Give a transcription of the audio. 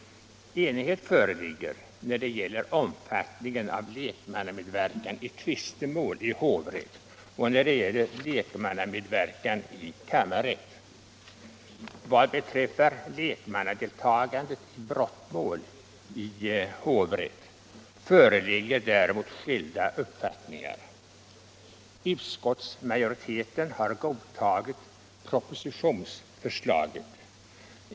Enighet föreligger när det gäller omfattningen av lekmannamedverkan i tvistemål i hovrätt och när det gäller lekmannamedverkan i kammarrätt. Vad beträffar lekmannadeltagande i brottmål i hovrätt föreligger däremot skilda uppfattningar. Utskottsmajoriteten har godtagit propositionsförslaget.